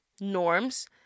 norms